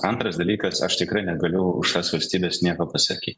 antras dalykas aš tikrai negaliu už tas valstybes nieko pasakyt